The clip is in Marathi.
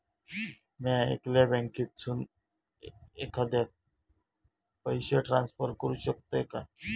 म्या येगल्या बँकेसून एखाद्याक पयशे ट्रान्सफर करू शकतय काय?